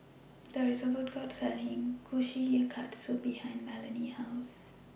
There IS A Food Court Selling Kushikatsu behind Melony's House